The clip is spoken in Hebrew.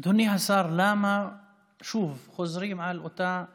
אדוני השר, למה שוב חוזרים על אותה טעות,